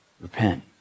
Repent